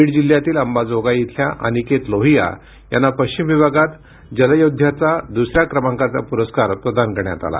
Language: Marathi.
बीड जिल्ह्यातील अंबाजोगाई इथल्या अनिकेत लोहिया यांना पश्चिम विभागात जलयौध्दयाचा दुसऱ्या क्रमांकाचा पुरस्कार प्रदान करण्यात आला